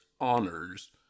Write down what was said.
honors